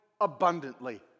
abundantly